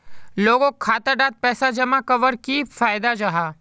लोगोक खाता डात पैसा जमा कवर की फायदा जाहा?